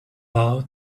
out